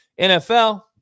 NFL